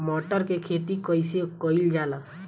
मटर के खेती कइसे कइल जाला?